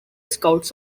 scouts